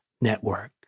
Network